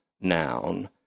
noun